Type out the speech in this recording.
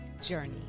journey